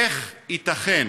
איך ייתכן?